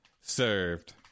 served